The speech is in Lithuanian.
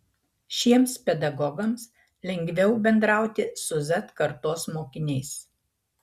šiems pedagogams lengviau bendrauti su z kartos mokiniais